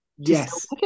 Yes